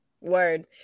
word